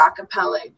acapella